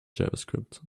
javascript